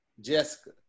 Jessica